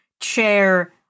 chair